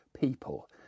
people